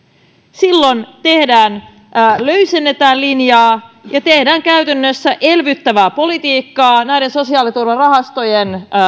silloin löysennetään linjaa ja tehdään käytännössä elvyttävää politiikkaa näiden sosiaaliturvarahastojen